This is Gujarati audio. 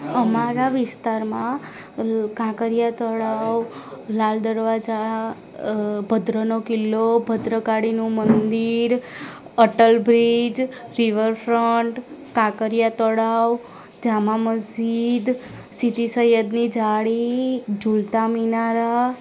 અમારા વિસ્તારમાં કાંકરિયા તળાવ લાલ દરવાજા ભદ્રનો કિલ્લો ભદ્રકાળીનું મંદિર અટલ બ્રિજ રિવરફ્રન્ટ કાંકરિયા તળાવ જામા મસ્જિદ સીદી સૈયદની જાળી ઝૂલતા મિનારા